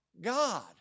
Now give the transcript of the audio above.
God